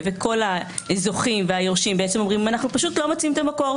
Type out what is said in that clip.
וכל הזוכים והיורשים אומרים שהם פשוט לא מוצאים את המקור.